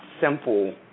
simple